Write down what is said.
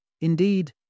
Indeed